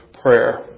prayer